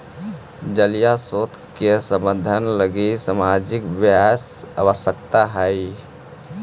जलीय स्रोत के संवर्धन लगी सामाजिक प्रयास आवश्कता हई